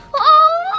oh!